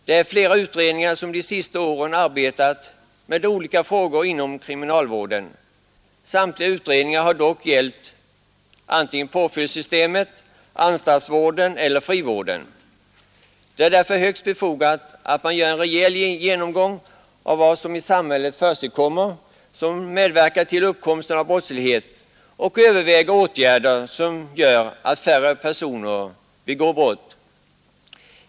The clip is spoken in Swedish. Det är flera utredningar som de senaste åren arbetat med olika frågor inom kriminalvården. Samtliga utredningar har dock gällt antingen påföljdssystemet eller anstaltsvården eller frivården. Det är därför högst befogat att man gör en rejäl genomgång av vad som försiggår i samhället som medverkar till uppkomsten av brottslighet och att man överväger åtgärder som gör att färre personer begår brott.